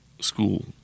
school